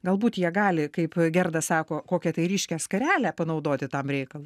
galbūt jie gali kaip gerda sako kokią tai ryškią skarelę panaudoti tam reikalui